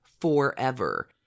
forever